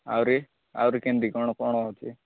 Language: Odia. ଆଉରି ଆଉରି କେମିତି କ'ଣ କ'ଣ ଅଛି